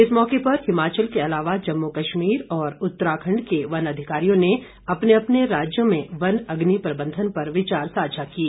इस मौके पर हिमाचल के अलावा जम्मू कश्मीर और उत्तराखंड के वन अधिकारियों ने अपने अपने राज्यों में वन अग्नि प्रबंधन पर विचार साझा किए